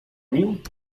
nim